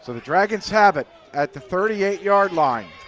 the dragons have it at the thirty eight yard line.